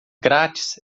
grátis